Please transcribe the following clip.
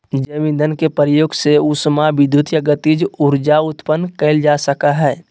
जैव ईंधन के प्रयोग से उष्मा विद्युत या गतिज ऊर्जा उत्पन्न कइल जा सकय हइ